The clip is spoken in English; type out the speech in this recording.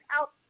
out